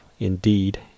Indeed